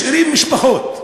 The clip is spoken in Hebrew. משאירים משפחות,